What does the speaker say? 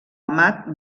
amat